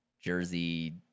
Jersey